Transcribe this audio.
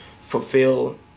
fulfill